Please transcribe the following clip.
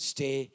Stay